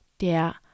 der